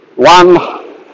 One